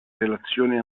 relazione